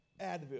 Advil